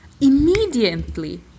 immediately